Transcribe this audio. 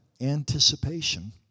anticipation